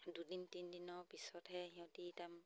দুদিন তিনেদিনৰ পিছতহে সিহঁতে একদম